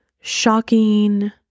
shocking